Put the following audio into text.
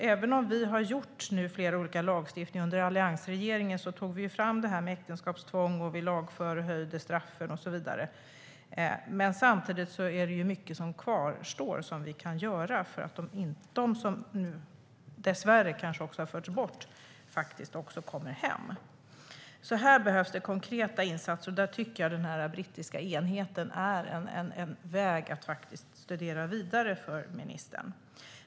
Även om vi har tagit fram olika sorters lagstiftning under alliansregeringen - vi införde förbud mot äktenskapstvång, vi höjde straffen och så vidare - är det mycket som kvarstår och som vi kan göra för att de som har förts bort också ska komma hem. Här behövs det konkreta insatser, och jag tycker att den brittiska enheten är något som är värt att studera vidare för ministern.